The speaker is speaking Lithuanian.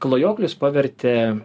klajoklius pavertė